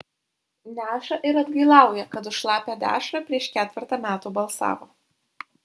neša ir atgailauja kad už šlapią dešrą prieš ketvertą metų balsavo